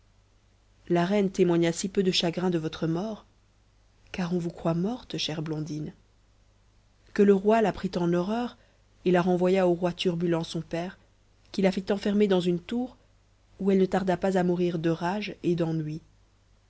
la reine témoigna si peu de chagrin de votre mort car on vous croit morte chère blondine que le roi la prit en horreur et la renvoya au roi turbulent son père qui la fit enfermer dans une tour où elle ne tarda pas à mourir de rage et d'ennui